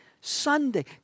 Sunday